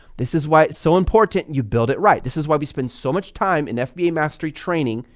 this is why it's so important you build it right, this is why we spend so much time in fba mastery training,